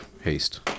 haste